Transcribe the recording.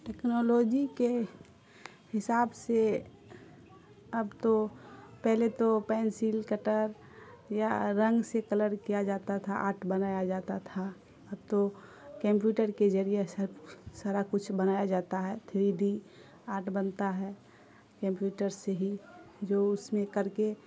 technology کے حساب سے اب تو پہلے تو پینسل کٹر یا رنگ سے کلر کیا جاتا تھا آرٹ بنایا جاتا تھا اب تو کمپیوٹر کے ذریعہ سب سارا کچھ بنایا جاتا ہے تھری ڈی آرٹ بنتا ہے کمپیوٹر سے ہی جو اس میں کر کے